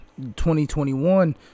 2021